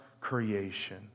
creation